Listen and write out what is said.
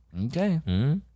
Okay